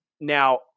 now